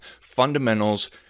fundamentals